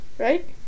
right